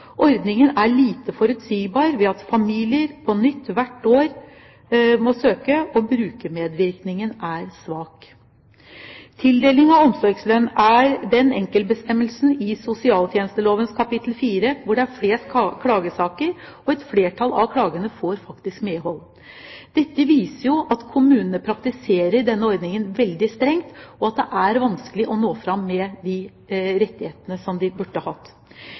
Ordningen er lite forutsigbar ved at familiene må søke på nytt hvert år og brukermedvirkningen er svak». Tildeling av omsorgslønn er den enkeltbestemmelsen i sosialtjenesteloven kap. 4 hvor det er flest klagesaker, og et flertall av klagene får faktisk medhold. Dette viser jo at kommunene praktiserer denne ordningen veldig strengt, og at det er vanskelig å nå fram med rettighetene som man burde.